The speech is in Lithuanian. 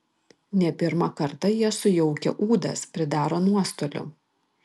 ne pirmą kartą jie sujaukia ūdas pridaro nuostolių